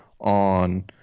on